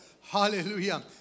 Hallelujah